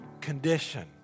condition